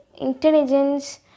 intelligence